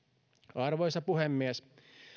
arvoisa puhemies